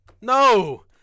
No